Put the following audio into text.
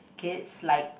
kids like